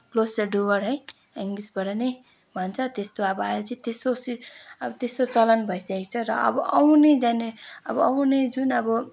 close the door है इङ्गलिसबाट नै भन्छौँ त्यस्तो अब अहिले चाहिँ त्यस्तो अब त्यस्तो चलन भइसकेको छ र अब आउने जेनेरेसन अब आउने जुन अब